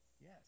Yes